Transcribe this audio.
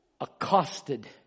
Accosted